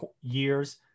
years